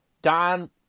Don